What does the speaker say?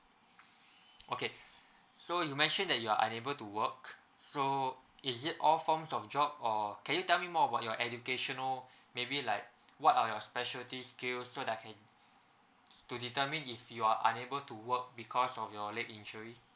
okay so you mentioned that you are unable to work so is it all forms of job or can you tell me more about your educational maybe like what are your specialty skill so that I can to determine if you are unable to work because of your leg injury